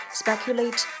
speculate